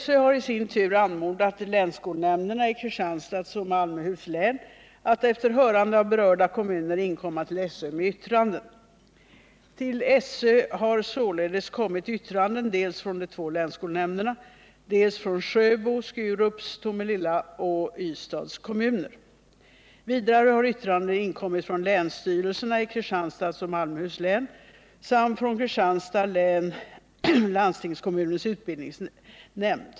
SÖ har i sin tur anmodat länsskolnämnderna i Kristianstads och Malmöhus län att efter hörande av berörda kommuner inkomma till SÖ med yttranden. Till SÖ har således kommit yttranden dels från de två länsskolnämnderna, dels från Sjöbo, Skurups, Tomelilla och Ystads kommuner. Vidare har yttranden inkommit från länsstyrelserna i Kristianstads och Malmöhus län samt från Kristianstads län från landstingskommunens utbildningsnämnd.